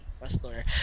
pastor